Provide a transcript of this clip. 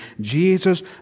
Jesus